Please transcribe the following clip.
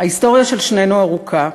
ההיסטוריה של שנינו ארוכה,